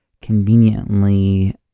conveniently